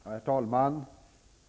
Herr talman!